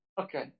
okay